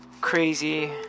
Crazy